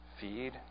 feed